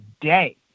day